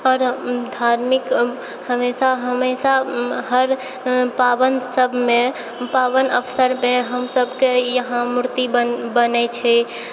आओर धार्मिक हमेशा हमेशा हर पावनि सबमे पावनि अवसरपर हम सबके यहाँ मूर्ति बन बनै छै